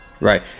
Right